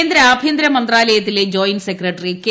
കേന്ദ്ര ആഭ്യന്തര മന്ത്രാലയത്തിലെ ജോയിന്റ് സെക്രട്ടറി കെ